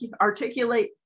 articulate